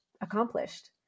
accomplished